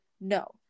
no